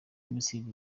minisitiri